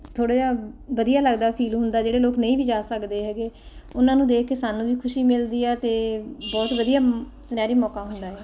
ਥੋੜ੍ਹਾ ਜਿਹਾ ਵਧੀਆ ਲੱਗਦਾ ਫੀਲ ਹੁੰਦਾ ਜਿਹੜੇ ਲੋਕ ਨਹੀਂ ਵੀ ਜਾ ਸਕਦੇ ਹੈਗੇ ਉਹਨਾਂ ਨੂੰ ਦੇਖ ਕੇ ਸਾਨੂੰ ਵੀ ਖੁਸ਼ੀ ਮਿਲਦੀ ਹੈ ਅਤੇ ਬਹੁਤ ਵਧੀਆ ਸੁਨਹਿਰੀ ਮੌਕਾ ਹੁੰਦਾ